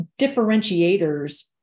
differentiators